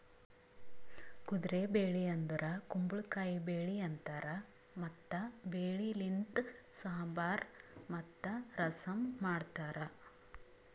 ಕುದುರೆ ಬೆಳಿ ಅಂದುರ್ ಕುಂಬಳಕಾಯಿ ಬೆಳಿ ಅಂತಾರ್ ಮತ್ತ ಬೆಳಿ ಲಿಂತ್ ಸಾಂಬಾರ್ ಮತ್ತ ರಸಂ ಮಾಡ್ತಾರ್